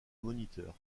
moniteur